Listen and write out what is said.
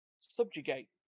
Subjugate